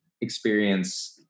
experience